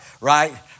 right